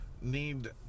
need